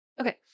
Okay